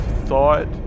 thought